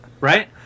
right